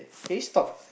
can you stop